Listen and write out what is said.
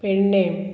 पेडणेंम